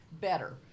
better